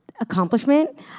accomplishment